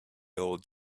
old